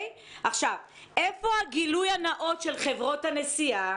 איפה הגילוי הנאות של חברות הנסיעות